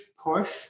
push